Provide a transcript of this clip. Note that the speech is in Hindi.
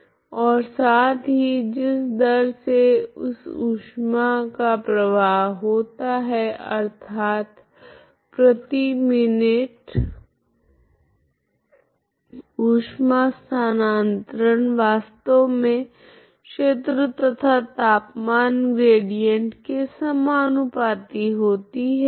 ओर साथ ही जिस दर से इस ऊष्मा का प्रवाह होता है अर्थात प्रति मिनिट ऊष्मा स्थानांतरण वास्तव मे क्षेत्र तथा तापमान ग्रेडिएंट के समानुपाती होती है